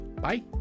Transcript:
Bye